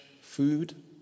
food